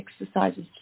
exercises